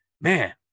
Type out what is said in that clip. man